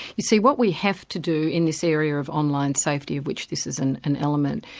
you see what we have to do in this area of online safety of which this is an an element,